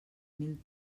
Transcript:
mil